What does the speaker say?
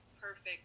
perfect